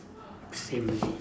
same leh